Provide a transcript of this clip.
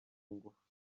ngufu